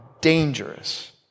dangerous